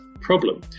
problem